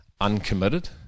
uncommitted